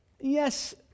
Yes